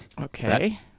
Okay